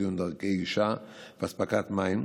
כגון דרכי גישה ואספקת מים,